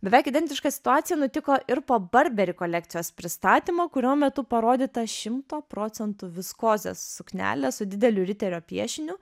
beveik identiška situacija nutiko ir po burberry kolekcijos pristatymo kurio metu parodyta šimto procentų viskozės suknelė su dideliu riterio piešiniu